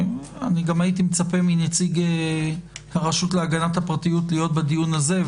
גם הייתי מצפה מנציג הרשות להגנת הפרטיות להיות בדיון הזה.